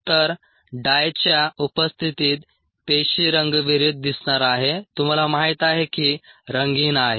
तर डायच्या उपस्थितीत पेशी रंगविरहित दिसणार आहे तुम्हाला माहित आहे की रंगहीन आहे